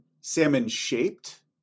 Salmon-shaped